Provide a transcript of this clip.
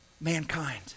mankind